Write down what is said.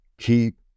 keep